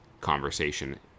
conversation